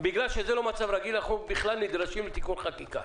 ולכן אנחנו נדרשים לתיקון חקיקה.